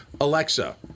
Alexa